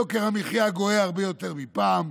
יוקר המחיה גואה הרבה יותר מפעם.